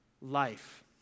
life